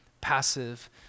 passive